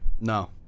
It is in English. No